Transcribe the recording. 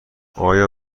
آیا